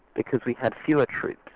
because we had fewer troops,